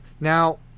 Now